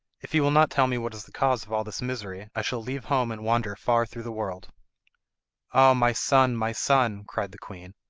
if you will not tell me what is the cause of all this misery i shall leave home and wander far through the world ah, my son, my son cried the queen,